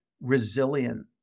resilient